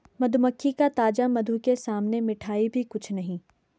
मधुमक्खी का ताजा मधु के सामने मिठाई भी कुछ नहीं